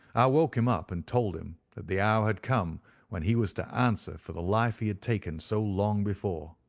i woke him up and told him that the hour had come when he was to answer for the life he had taken so long before.